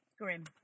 grim